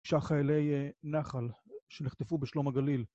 שהחיילי נחל שנחטפו בשלום הגליל.